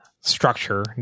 structure